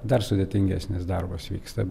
dar sudėtingesnis darbas vyksta